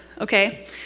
okay